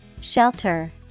Shelter